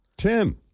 Tim